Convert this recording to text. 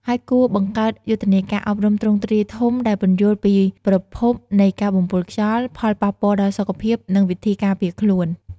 ហើយគួរបង្កើតយុទ្ធនាការអប់រំទ្រង់ទ្រាយធំដែលពន្យល់ពីប្រភពនៃការបំពុលខ្យល់ ផលប៉ះពាល់ដល់សុខភាព និងវិធីការពារខ្លួន។